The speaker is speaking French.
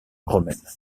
romaine